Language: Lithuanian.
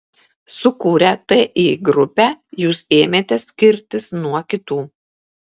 sukūrę ti grupę jūs ėmėte skirtis nuo kitų